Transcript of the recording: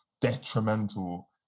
detrimental